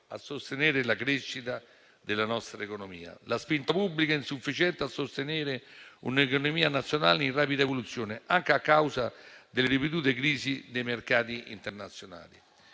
a sostenere la crescita della nostra economia e la spinta pubblica è insufficiente a sostenere un'economia nazionale in rapida evoluzione, anche a causa delle ripetute crisi dei mercati internazionali.